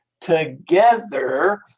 Together